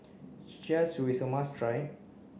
char siu is a must try